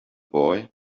boy